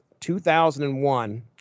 2001